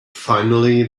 finally